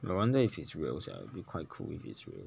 I wonder if it's real sia it'll be quite cool if it's real